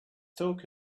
talk